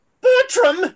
Bertram